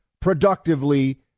productively